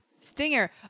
Stinger